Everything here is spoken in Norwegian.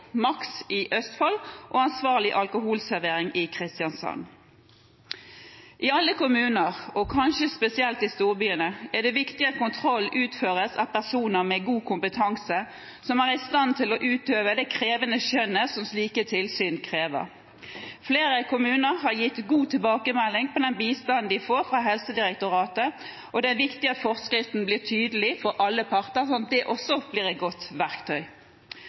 Maks i Østfold og Ansvarlig alkoholservering i Kristiansand. I alle kommuner, og kanskje spesielt i storbyene, er det viktig at kontroll utføres av personer med god kompetanse, som er i stand til å utøve det krevende skjønnet som slike tilsyn krever. Flere kommuner har gitt god tilbakemelding på den bistanden de får fra Helsedirektoratet, og det er viktig at forskriften blir tydelig for alle parter, sånn at det også blir et godt verktøy.